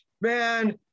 man